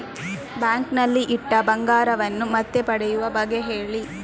bank ನಲ್ಲಿ ಇಟ್ಟ ಬಂಗಾರವನ್ನು ಮತ್ತೆ ಪಡೆಯುವ ಬಗ್ಗೆ ಹೇಳಿ